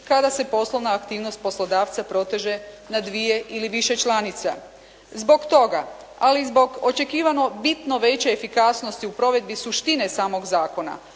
kada se poslovna aktivnost poslodavca proteže na dvije ili više članica. Zbog toga, ali i zbog očekivano bitno veće efikasnosti u provedbi suštine samog zakona,